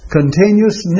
continuous